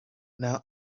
now